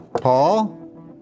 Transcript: Paul